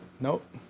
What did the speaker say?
Nope